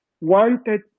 wanted